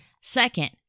Second